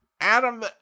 adam